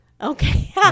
okay